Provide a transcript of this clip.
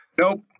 Nope